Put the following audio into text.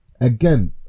again